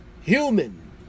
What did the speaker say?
human